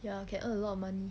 ya can earn a lot of money